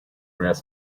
rare